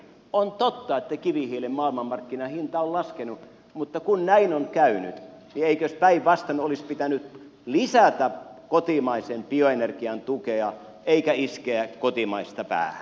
on totta että kivihiilen maailmanmarkkinahinta on laskenut mutta kun näin on käynyt niin eikös päinvastoin olisi pitänyt lisätä kotimaisen bioener gian tukea eikä iskeä kotimaista päähän